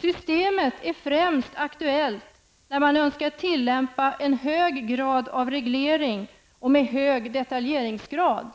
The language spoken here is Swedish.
''Systemet är främst aktuellt när man önskar tillämpa en hög grad av reglering och med hög detaljeringsgrad.''